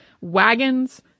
wagons